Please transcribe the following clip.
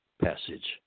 Passage